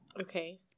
okay